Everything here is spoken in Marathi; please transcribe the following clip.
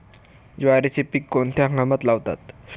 ज्वारीचे पीक कोणत्या हंगामात लावतात?